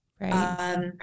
Right